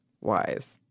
Wise